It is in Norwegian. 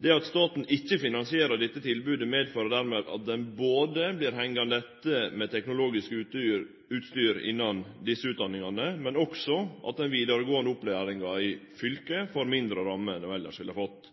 Det at staten ikkje finansierer dette tilbodet, medfører dermed at ein vert hengande etter med teknologisk utstyr innan desse utdanningane, men også at den vidaregåande opplæringa får mindre rammer i fylket.